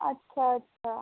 আচ্ছা আচ্ছা